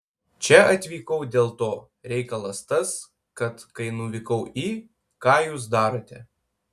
čia atvykau dėl to reikalas tas kad kai nuvykau į ką jūs darote